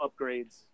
upgrades